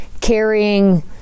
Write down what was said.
carrying